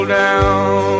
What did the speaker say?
down